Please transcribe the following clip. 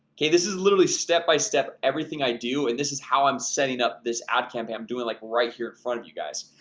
okay this is a literally step by step everything i do and this is how i'm setting up this ad campaign i'm doing like right here in front of you guys.